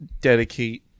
dedicate